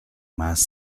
más